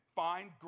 find